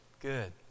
good